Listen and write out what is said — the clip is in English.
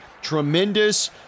tremendous